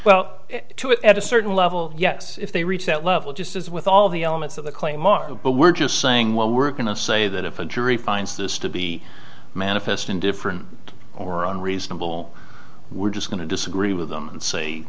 well at a certain level yes if they reach that level just as with all the elements of the claim are but we're just saying well we're going to say that if a jury finds this to be manifest indifferent or unreasonable we're just going to disagree with them and say